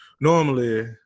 Normally